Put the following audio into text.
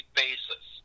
basis